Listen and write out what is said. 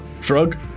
drug